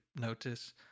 notice